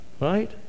Right